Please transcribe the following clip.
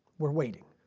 we're waiting.